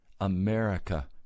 America